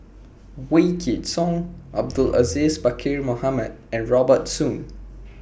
Wykidd Song Abdul Aziz Pakkeer Mohamed and Robert Soon